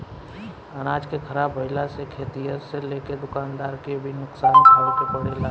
अनाज के ख़राब भईला से खेतिहर से लेके दूकानदार के भी नुकसान उठावे के पड़ेला